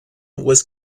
was